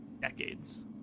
decades